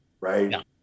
right